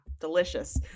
delicious